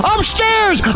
Upstairs